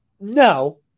No